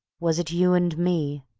was it you and me?